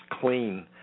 clean